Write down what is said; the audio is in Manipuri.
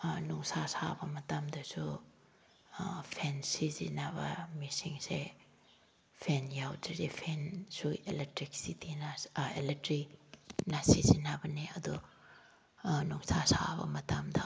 ꯅꯨꯡꯁꯥ ꯁꯥꯕ ꯃꯇꯝꯗꯁꯨ ꯐꯦꯟ ꯁꯤꯖꯤꯟꯅꯕ ꯃꯤꯁꯤꯡꯁꯦ ꯐꯦꯟ ꯌꯥꯎꯗ꯭ꯔꯗꯤ ꯐꯦꯟꯁꯨ ꯑꯦꯂꯦꯛꯇ꯭ꯔꯤꯁꯤꯇꯤꯅ ꯑꯦꯂꯦꯛꯇ꯭ꯔꯤꯛꯅ ꯁꯤꯖꯤꯟꯅꯕꯅꯦ ꯑꯗꯨ ꯅꯨꯡꯁꯥ ꯁꯥꯕ ꯃꯇꯝꯗ